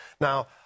Now